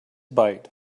bite